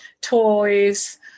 toys